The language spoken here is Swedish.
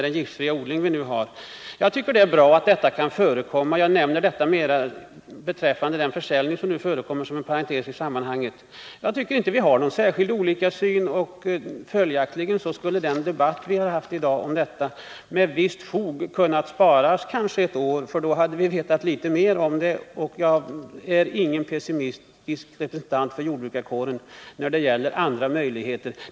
Men jag tycker likväl det är bra att giftfri odling kan förekomma, och jag nämner denna försäljning mera parentetiskt i det här sammanhanget. Jag tycker inte att vi har så olika syn på de här frågorna, och följaktligen skulle den debatt vi haft i dag om dem med visst fog kunnat sparas kanske ett år, för då hade vi vetat litet mer om det här. Jag är alltså inte någon pessimistisk representant för jordbrukarkåren när det gäller alternativa möjligheter.